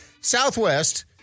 Southwest